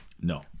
no